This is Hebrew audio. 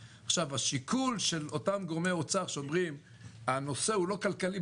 השיקול של אותם גורמי אומר שאומרים שהנושא הוא לא כלכלי,